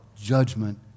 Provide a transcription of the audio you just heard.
judgment